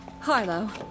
Harlow